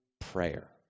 prayer